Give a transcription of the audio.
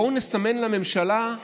בואו נסמן לממשלה,